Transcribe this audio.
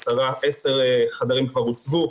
עשרה חדרים כבר הוצבו,